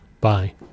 Bye